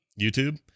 YouTube